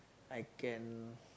I can